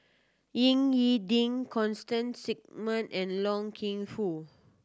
Ying E Ding Constance Singam and Loy King Foo